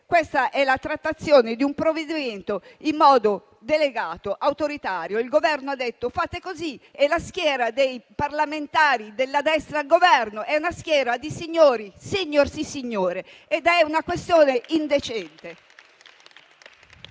la trattazione di questo provvedimento è fatta in modo delegato e autoritario. Il Governo ha detto "fate così" e la schiera dei parlamentari della destra al Governo è una schiera di "signorsì signore" ed è una questione indecente.